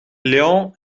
leon